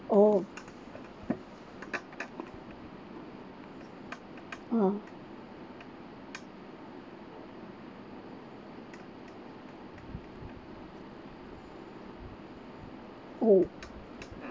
oh ah oh